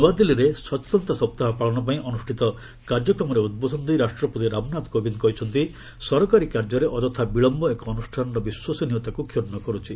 ନୃଆଦିଲ୍ଲୀରେ ସଚେତନତା ସପ୍ତାହ ପାଳନ ପାଇଁ ଅନୁଷ୍ଠିତ କାର୍ଯ୍ୟକ୍ରମରେ ଉଦ୍ବୋଧନ ଦେଇ ରାଷ୍ଟ୍ରପତି ରାମନାଥ କୋବିନ୍ଦ୍ କହିଛନ୍ତି ସରକାରୀ କାର୍ଯ୍ୟରେ ଅଯଥା ବିଳମ୍ୟ ଏକ ଅନୁଷ୍ଠାନର ବିଶ୍ୱସନୀୟତାକୁ କ୍ଷୁଣ୍ଣ କରୁଛି